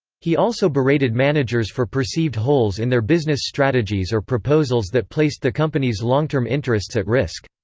he also berated managers for perceived holes in their business strategies or proposals that placed the company's long-term interests at risk.